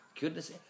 goodness